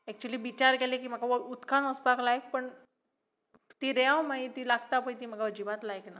actually बिचार गेले की म्हाका वॉ उदकान वसपाक लायक पूण ती रेंव मागीर ती लागता पळय ती म्हाका अजिबात लायक ना